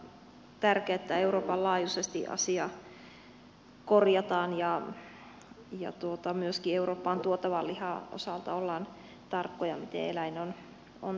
tämä on tärkeää että euroopan laajuisesti asia korjataan ja myöskin eurooppaan tuotavan lihan osalta ollaan tarkkoja siitä miten eläin on teurastettu